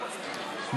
לסעיף 2 לא נתקבלה.